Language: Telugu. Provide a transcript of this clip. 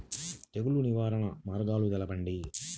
తెగులు నివారణ మార్గాలు తెలపండి?